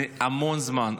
זה המון זמן,